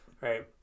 right